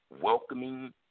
welcoming